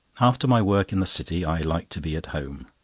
after my work in the city, i like to be at home.